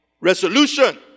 resolution